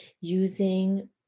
using